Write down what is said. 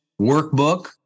workbook